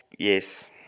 Yes